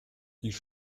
ich